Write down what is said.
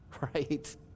Right